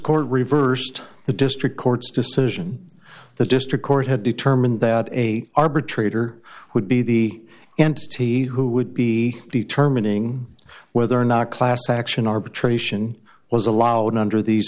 court reversed the district court's decision the district court had determined that a arbitrator would be the entity who would be determining whether or not class action arbitration was allowed under these